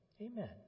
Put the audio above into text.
Amen